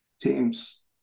teams